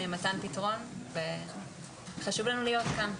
מתן פתרון וחשוב לנו להיות כאן.